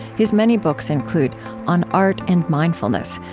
his many books include on art and mindfulness,